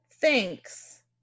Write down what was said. thanks